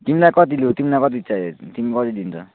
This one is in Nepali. तिमीलाई कति लु तिमीलाई कति चाहियो तिमी कति दिन्छ